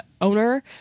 owner